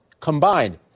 combined